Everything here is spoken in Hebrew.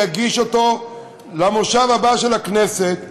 יגיש אותו למושב הבא של הכנסת,